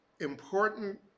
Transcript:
important